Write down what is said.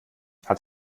hat